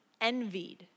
envied